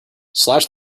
slash